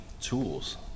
tools